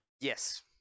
Yes